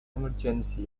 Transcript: emergency